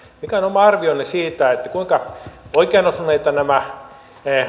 mikä on oma arvionne siitä kuinka oikeaan osuneita ovat nämä